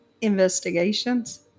Investigations